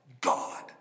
God